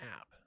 app